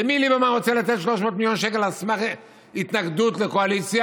למי ליברמן רוצה לתת 300 מיליון שקל על סמך התנגדות לקואליציה?